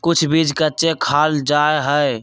कुछ बीज कच्चे खाल जा हई